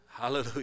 Hallelujah